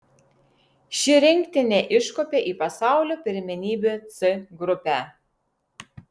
ši rinktinė iškopė į pasaulio pirmenybių c grupę